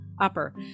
upper